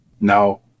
No